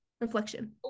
reflection